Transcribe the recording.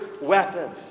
weapons